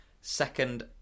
second